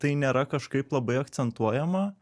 tai nėra kažkaip labai akcentuojama